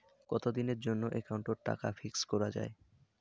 কতদিনের জন্যে একাউন্ট ওত টাকা ফিক্সড করা যায়?